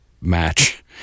match